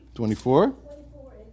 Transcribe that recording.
Twenty-four